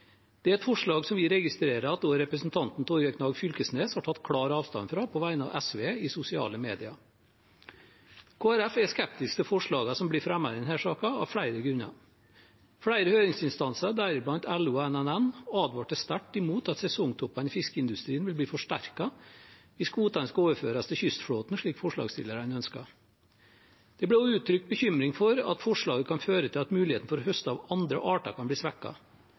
Det er et forslag vi registrerer at også representanten Torgeir Knag Fylkesnes har tatt klar avstand fra på vegne av SV i sosiale media. Kristelig Folkeparti er skeptisk til forslagene som blir fremmet i denne saken, av flere grunner. Flere høringsinstanser, deriblant LO og NNN, advarte sterkt mot at sesongtoppene i fiskeindustrien vil bli forsterket hvis kvotene overføres til kystflåten, slik forslagsstillerne ønsker. Det ble også uttrykt bekymring for at forslaget kan føre til at muligheten til å høste av andre arter kan bli